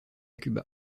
cuba